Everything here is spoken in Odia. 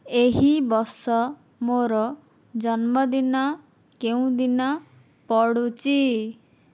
ଏହି ବର୍ଷ ମୋର ଜନ୍ମଦିନ କେଉଁ ଦିନ ପଡ଼ୁଛି